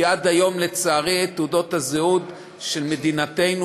ועד היום לצערי תעודות הזהות של מדינתנו